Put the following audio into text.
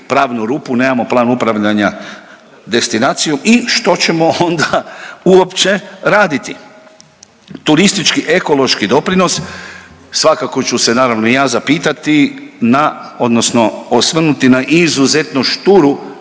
pravnu rupu, nemamo plan upravljanja destinacijom i što ćemo onda uopće raditi. Turistički ekološki doprinos, svakako ću se naravno i ja zapitati na odnosno osvrnuti na izuzetno šturu,